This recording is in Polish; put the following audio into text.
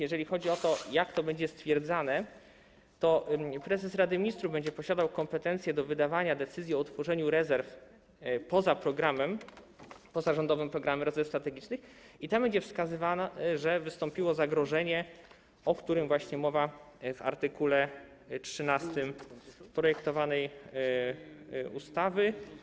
Jeżeli chodzi o to, jak to będzie stwierdzane, to prezes Rady Ministrów będzie posiadał kompetencje do wydawania decyzji o utworzeniu rezerw poza Rządowym Programem Rezerw Strategicznych i tam będzie wskazywane, że wystąpiło zagrożenie, o którym mowa w art. 13 projektowanej ustawy.